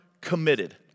committed